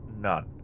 none